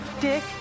dick